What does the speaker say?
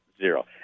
Zero